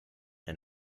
and